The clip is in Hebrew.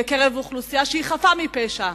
בקרב אוכלוסייה חפה מפשע,